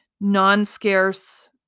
non-scarce